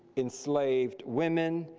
enslaved women,